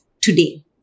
today